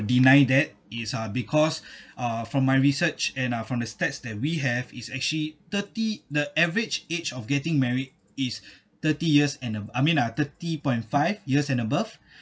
deny that is uh because uh from my research and from the stats that we have is actually thirty the average age of getting married is thirty years and abov~ I mean uh thirty point five years and above